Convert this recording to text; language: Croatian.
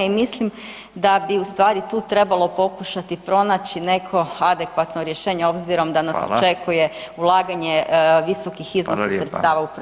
I mislim da bi ustvari tu trebalo pokušati pronaći neko adekvatno rješenje obzirom da nas očekuje [[Upadica: Hvala.]] ulaganje visokih iznosa sredstava u projekte.